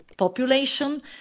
Population